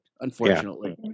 Unfortunately